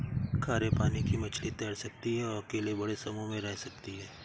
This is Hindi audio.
खारे पानी की मछली तैर सकती है और अकेले बड़े समूह में रह सकती है